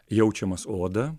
jaučiamas oda